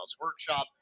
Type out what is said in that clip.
Workshop